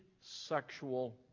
sexual